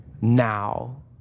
Now